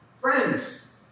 Friends